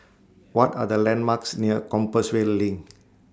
What Are The landmarks near Compassvale LINK